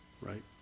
Right